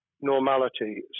normality